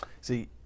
see